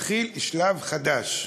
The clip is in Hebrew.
מתחיל שלב חדש,